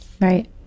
Right